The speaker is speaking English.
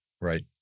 Right